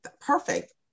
perfect